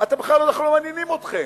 אנחנו בכלל לא מעניינים אתכם.